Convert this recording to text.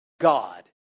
God